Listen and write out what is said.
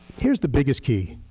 here's the biggest key.